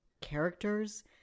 characters